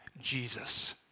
Jesus